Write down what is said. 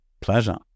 pleasure